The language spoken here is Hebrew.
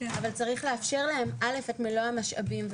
אבל צריך לאפשר להן אל"ף את מלוא המשאבים,